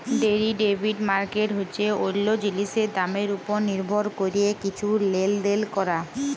derivative market হছে অল্য জিলিসের দামের উপর লির্ভর ক্যরে কিছু লেলদেল ক্যরা